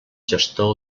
gestor